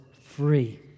free